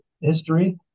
history